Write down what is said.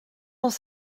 dans